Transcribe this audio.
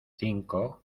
cinco